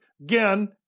again